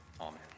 Amen